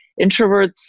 introverts